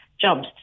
jobs